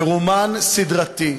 פירומן סדרתי,